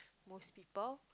most people